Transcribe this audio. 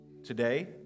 today